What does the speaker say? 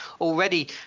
Already